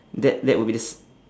that that would be the s~